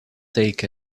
take